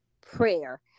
prayer